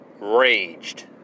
Raged